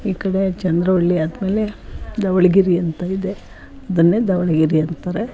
ಈ ಕಡೆ ಚಂದ್ರವಳ್ಳಿ ಆದ ಮೇಲೆ ಧವಳಗಿರಿ ಅಂತ ಇದೆ ಅದನ್ನೇ ಧವಳಗಿರಿ ಅಂತಾರೆ